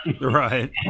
right